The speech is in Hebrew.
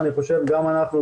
אני חושב שגם אנחנו,